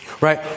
right